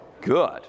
Good